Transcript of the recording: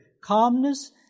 calmness